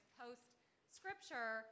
post-scripture